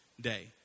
day